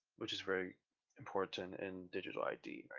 which is very important, and digital id, right?